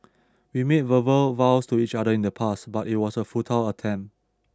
we made verbal vows to each other in the past but it was a futile attempt